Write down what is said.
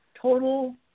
total